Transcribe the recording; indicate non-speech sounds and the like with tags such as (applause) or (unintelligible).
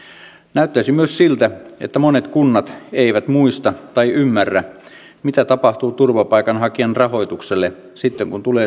näyttäisi myös siltä että monet kunnat eivät muista tai ymmärrä mitä tapahtuu turvapaikanhakijan rahoitukselle sitten kun tulee (unintelligible)